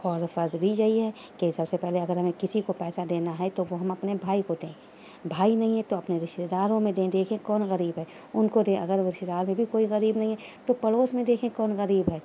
اور فرض بھی یہی ہے کہ سب سے پہلے اگر ہمیں کسی کو پیسہ دینا ہے تو وہ ہم اپنے بھائی کو دیں بھائی نہیں ہے تو اپنے رشتہ داروں میں دیں دیکھیں کون غریب ہے ان کو دیں اگر رشتہ دار میں کوئی غریب نہیں ہے تو پڑوس میں دیکھیں کون غریب ہے